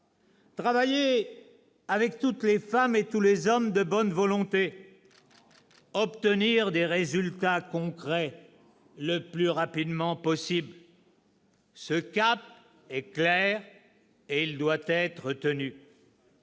travailler avec toutes les femmes et tous les hommes de bonne volonté ; obtenir des résultats concrets le plus rapidement possible. « Ce cap est clair. Il doit être tenu.